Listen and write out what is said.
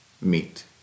meet